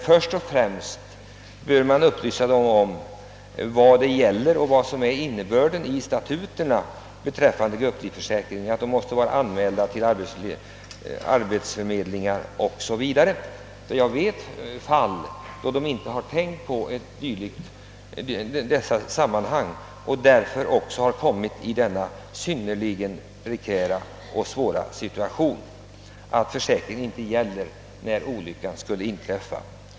Först och främst bör man upplysa om innebörden i statuterna för grupplivförsäkringen — att man måste vara anmäld till arbetsförmedling o. s. v. Jag känner till fall där vederbörande inte har tänkt på detta och familjen därför har råkat i denna allvarliga situation när olyckan har inträffat.